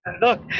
look